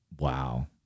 Wow